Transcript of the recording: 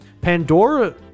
Pandora